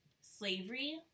slavery